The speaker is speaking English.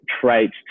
traits